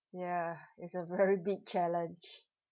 ya it's a very big challenge